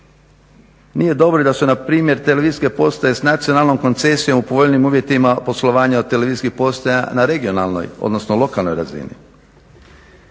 Nije dobro da se npr. televizijske postaje s nacionalnom koncesijom u povoljnijim uvjetima poslovanja od televizijskih postaja na regionalnoj odnosno lokalnoj razini.